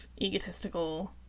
egotistical